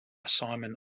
simon